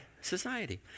society